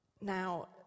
Now